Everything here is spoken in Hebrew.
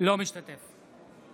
אינו משתתף בהצבעה